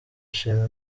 shima